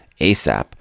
ASAP